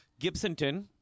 Gibsonton